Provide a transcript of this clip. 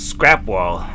Scrapwall